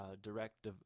direct